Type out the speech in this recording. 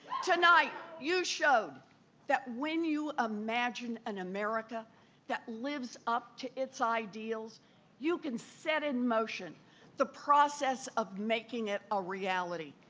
tonight, you showed that when you imagine an america that lives up's to its ideals you can set in motion the process of making it a reality.